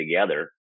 together